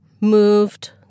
moved